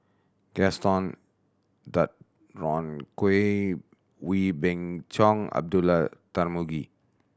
Gaston Dutronquoy Wee Beng Chong Abdullah Tarmugi